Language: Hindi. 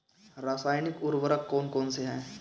रासायनिक उर्वरक कौन कौनसे हैं?